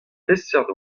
peseurt